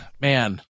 man